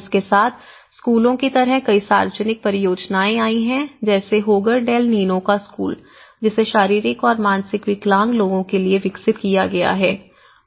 और इसके साथ स्कूलों की तरह कई सार्वजनिक परियोजनाएं आई हैं जैसे होगर डेल नीनो का स्कूल जिसे शारीरिक और मानसिक विकलांग लोगों के लिए विकसित किया गया है